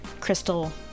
crystal